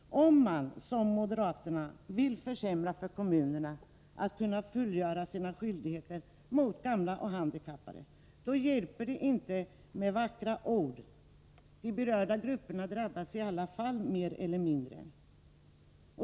Om man som moderaterna vill försämra möjligheterna för kommunerna att fullgöra sina skyldigheter mot gamla och handikappade, hjälper det inte med vackra ord — de berörda grupperna drabbas i alla fall mer eller mindre.